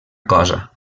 cosa